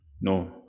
No